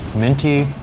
minty.